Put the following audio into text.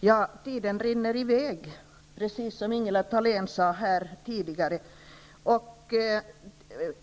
Herr talman! Tiden rinner i väg, precis som Ingela Thalén sade.